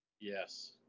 Yes